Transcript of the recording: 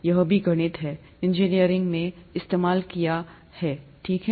यह भी गणित है इंजीनियरिंग में इस्तेमाल किया है ठीक है